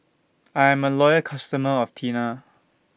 I Am A Loyal customer of Tena